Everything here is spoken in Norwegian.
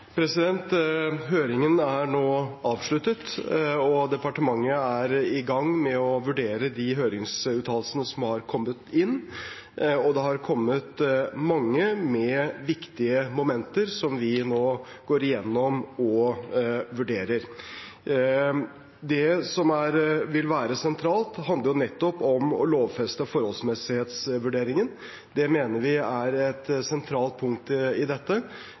Høringen er nå avsluttet, og departementet er i gang med å vurdere de høringsuttalelsene som har kommet inn. Det har kommet mange viktige momenter som vi nå går igjennom og vurderer. Det som vil være sentralt, handler nettopp om å lovfeste forholdsmessighetsvurderingen. Det mener vi er et sentralt punkt i dette,